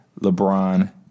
LeBron